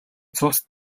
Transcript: цус